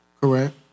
Correct